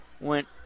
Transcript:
Went